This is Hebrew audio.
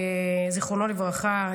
זיכרונו לברכה,